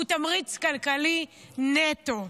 הוא תמריץ כלכלי נטו,